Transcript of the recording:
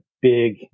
big